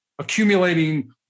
accumulating